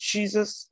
Jesus